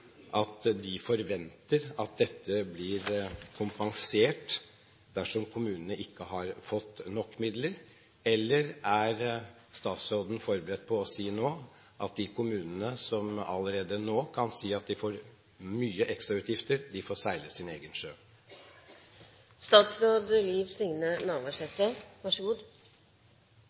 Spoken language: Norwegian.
at de forventer at dette blir kompensert dersom kommunene ikke har fått nok midler? Eller er statsråden forberedt på å si til de kommunene som allerede nå kan si at de får mye ekstrautgifter, at de får seile sin egen